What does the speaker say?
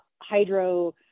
hydro